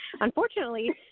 Unfortunately